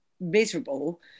miserable